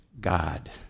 God